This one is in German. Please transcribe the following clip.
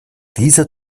dieser